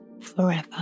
forever